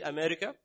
America